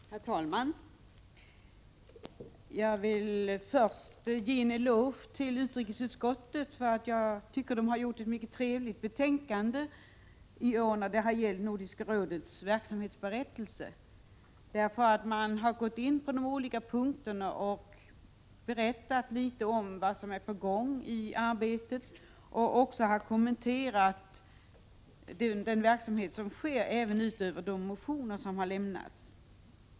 Herr talman! Jag vill först ge en eloge till ledamöterna i utrikesutskottet för att de i år har gjort ett mycket trevligt betänkande som gäller Nordiska rådets verksamhetsberättelse. I betänkandet går utskottet in på de olika punkterna och berättar litet om vad som är på gång i arbetet och kommenterar den verksamhet som sker, utöver vad som sägs i de motioner som har väckts.